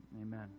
amen